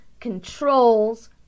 controls